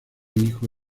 hijo